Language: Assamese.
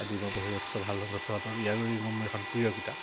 আদি মই পঢ়ি যথেষ্ট ভাল হ'ল ৰিঙৰ মোৰ এইখন প্ৰিয় কিতাপ